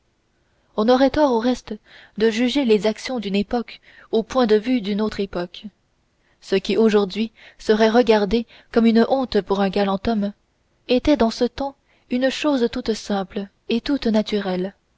on aurait tort au reste de juger les actions d'une époque au point de vue d'une autre époque ce qui aujourd'hui serait regardé comme une honte pour un galant homme était dans ce temps une chose toute simple et toute naturelle